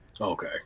Okay